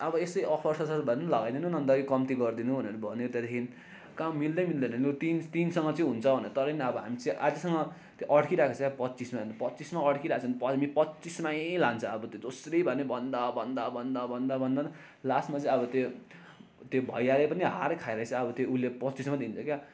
अब यसो अफर सफर भए पनि लगाइदिनु न अन्त अलिक कम्ती गरिदिनु भनेर भन्यो त्यहाँदेखि कहाँ मिल्दै मिल्दैन नि लु तिन तिनसम्म चाहिँ हुन्छ भन्यो तर पनि अब हामी चाहिँ अझैसम्म त्यो अड्किरहेको छ पच्चिसमा पच्चिसमा अड्किरहेको छ भने हामी पच्चिसमै लान्छ अब त्यो जसरी भए पनि भन्दा भन्दा भन्दा भन्दा भन्दा लास्टमा चाहिँ अब त्यो त्यो भैयाले पनि हार खाएर चाहिँ अब त्यो उसले पच्चिसमा दिन्छ क्या